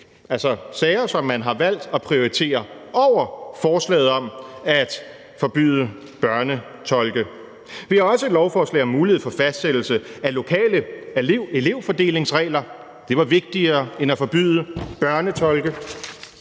altså sager, som man har valgt at prioritere over forslaget om at forbyde børnetolke. Vi har også et lovforslag om mulighed for fastsættelse af lokale elevfordelingsregler – det var vigtigere end at forbyde børnetolke.